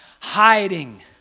hiding